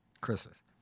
Christmas